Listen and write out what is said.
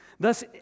Thus